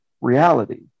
reality